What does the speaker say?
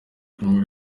inkuru